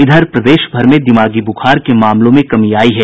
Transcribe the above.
इधर प्रदेश भर में दिमागी बुखार के मामलों में कमी आयी है